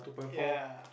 ya